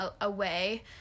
away